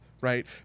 Right